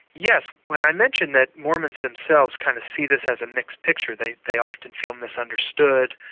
yes. when i mentioned that mormons themselves kind of see this as a mixed picture they they often feel misunderstood,